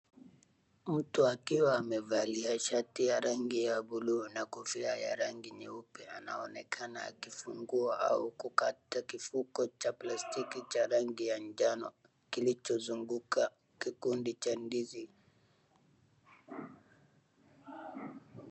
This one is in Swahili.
Mtu akiwa amevalia shati ya rangi ya bluu na kofia ya rangi nyeupe anaonekana akifungua au kukata kifuko cha plastiki cha rangi ya njano kilichozunguka kikundi cha ndizi.